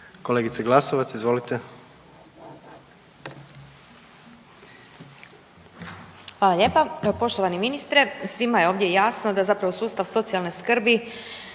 izvolite. **Glasovac, Sabina (SDP)** Hvala lijepa. Poštovani ministre, svima je ovdje jasno da zapravo sustav socijalne skrbi